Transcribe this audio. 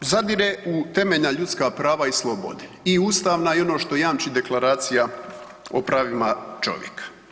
On zadire u temeljena ljudska prava i slobode, i ustavna i ono što jamči Deklaracija o pravima čovjeka.